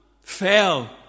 fell